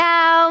Now